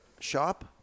shop